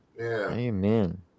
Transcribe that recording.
amen